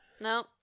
no